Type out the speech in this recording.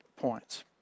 points